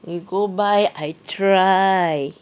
you go buy I try